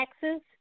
Taxes